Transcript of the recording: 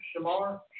Shamar